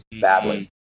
badly